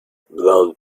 blond